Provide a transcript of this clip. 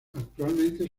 actualmente